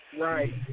Right